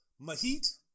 Mahit